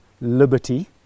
liberty